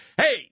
Hey